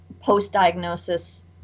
post-diagnosis